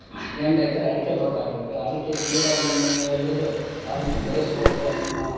ಎಂಟು ಎಕ್ರೆ ಅಡಕೆ ತೋಟ ಹಾಕಿವಿ ಅಡಿಕೆ ಕೀಳೋ ದಿನದಿಂದ ಹಿಡಿದು ಅದನ್ನು ಬೆಳೆಸ್ಬೋಕು ಅದನ್ನು